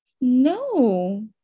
No